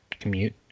commute